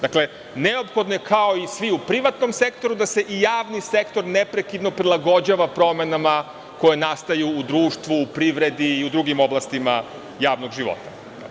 Dakle, neophodno je, kao i svi u privatnom sektoru, da se i javni sektor neprekidno prilagođava promenama koje nastaju u društvu, u privredi i u drugim oblastima javnog života.